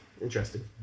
Interesting